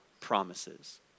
promises